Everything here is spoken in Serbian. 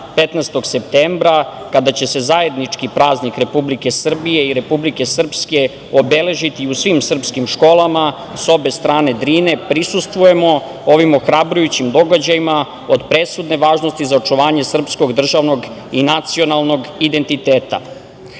15. septembra, kada će se zajednički praznik Republike Srbije i Republike Srpske obeležiti u svim srpskim školama sa obe strane Drine, prisustvujemo ovim ohrabrujućim događajima od presudne važnosti za očuvanje srpskog državnog i nacionalnog identiteta. Jedan